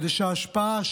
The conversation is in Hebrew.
כדי שההשפעה,